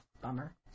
Bummer